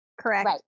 correct